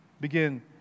begin